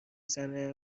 زنه